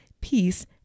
peace